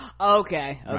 okay